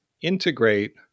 integrate